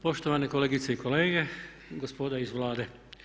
Poštovani kolegice i kolege, gospoda iz Vlade.